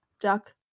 duck